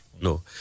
No